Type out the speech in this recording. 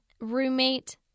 roommate